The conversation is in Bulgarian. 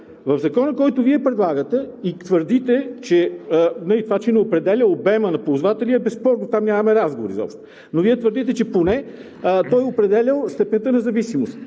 В Закона, който Вие предлагате и твърдите това, че не определя обема на ползвателя, е безспорно, там нямаме разговор изобщо, но Вие твърдите, че поне той е определял степента на зависимост.